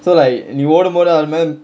so like நீ ஓடும்போது அவ மே:nee odumpothu ava mae